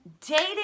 dating